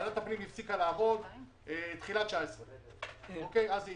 היה צריך להביא את זה לאישור ועדת הפנים של הכנסת לגריעה משמורת טבע.